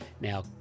now